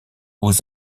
aux